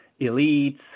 elites